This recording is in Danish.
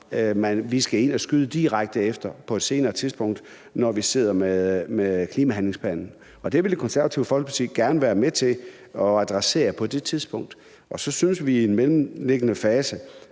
skal skyde mere direkte på, nemlig når vi sidder med klimahandlingsplanen, og Det Konservative Folkeparti vil gerne være med til at adressere det på det tidspunkt. Så synes vi, at vi i den mellemliggende fase